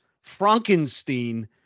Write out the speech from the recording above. Frankenstein